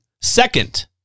Second